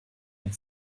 and